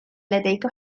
لديك